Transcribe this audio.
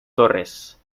torres